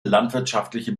landwirtschaftliche